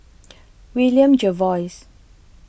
William Jervois